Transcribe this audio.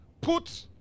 Put